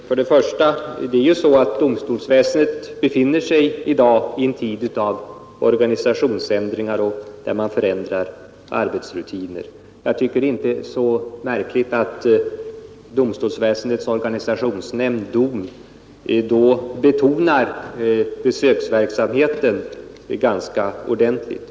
Herr talman! Bara några ord till herr Larfors. För det första befinner sig domstolsväsendet nu i en tid av organisationsförändringar och ändring av arbetsrutiner. Då tycker jag inte det är så märkligt att DON, alltså domstolsväsendets organisationsnämnd, betonar besöksverksamheten så starkt.